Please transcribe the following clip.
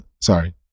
sorry